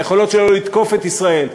היכולות שלו לתקוף את ישראל,